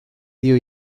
dio